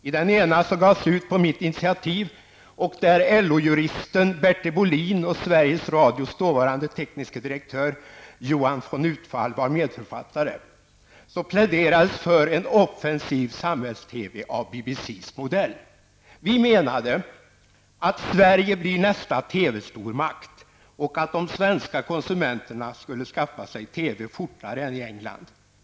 I den ena, som gavs ut på mitt initiativ och där LO-juristen Bertil Bolin och Sveriges Utfall var medförfattare, pläderades för en offensiv samhälls-TV av BBCs modell. Vi menade att Sverige skulle bli nästa TV-stormakt och att de svenska konsumenterna skulle skaffa sig TV fortare än i England.